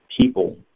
people